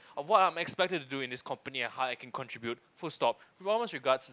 of what I am expected to do in this company and how I can contribute full stop with formest regards